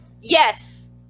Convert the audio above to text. Yes